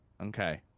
Okay